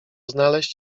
znaleźć